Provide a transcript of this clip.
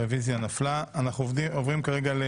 הצבעה הרוויזיה לא נתקבלה הרוויזיה לא התקבלה.